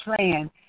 plan